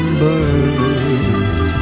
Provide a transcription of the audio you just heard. birds